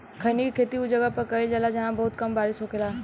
खईनी के खेती उ जगह पर कईल जाला जाहां बहुत कम बारिश होखेला